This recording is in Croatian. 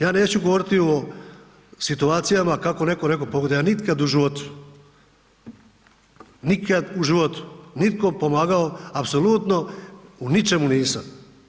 Ja neću govoriti o situacijama kako netko nekome pogoduje, ja nikad u životu nikad u životu nitko pomogao apsolutno u ničemu nisam.